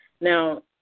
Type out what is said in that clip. Now